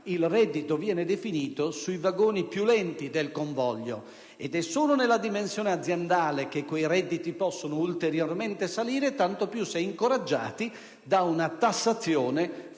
il reddito viene definito sui vagoni più lenti del convoglio. È solo nella dimensione aziendale che quei redditi possono ulteriormente salire, tanto più se incoraggiati da una tassazione favorevole,